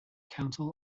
council